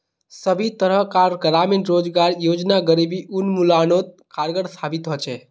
सब तरह कार ग्रामीण रोजगार योजना गरीबी उन्मुलानोत कारगर साबित होछे